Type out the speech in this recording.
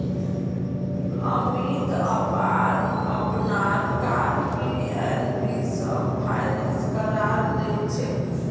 अमीत अपनार car PNB स finance करालछेक